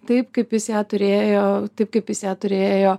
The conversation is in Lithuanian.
taip kaip jis ją turėjo taip kaip jis ją turėjo